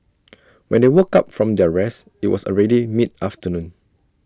when they woke up from their rest IT was already mid afternoon